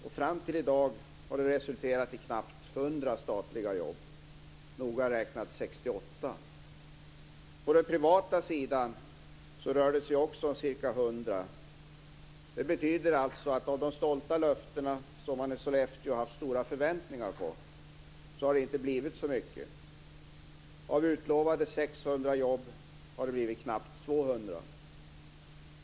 Fram till i dag har det resulterat i knappt 100 statliga jobb, noga räknat 68. På den privata sidan rör det sig också om ca 100. Det betyder alltså att av de stolta löften som man har haft stora förväntningar på i Sollefteå har det inte blivit så mycket. Av utlovade 600 jobb har det blivit knappt 200.